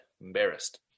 embarrassed